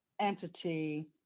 entity